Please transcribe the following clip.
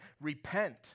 repent